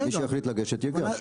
מי שיחליט לגשת, יגיש.